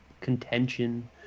contention